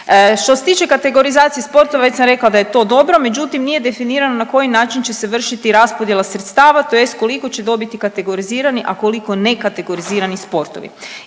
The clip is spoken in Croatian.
Što se tiče kategorizacije sportova već sam rekla da je to dobro, međutim nije definirano na koji način će se vršiti raspodjela sredstava tj. koliko će dobiti kategorizirani, a koliko nekategorizirani sportovi.